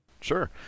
Sure